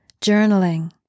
Journaling